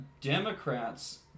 Democrats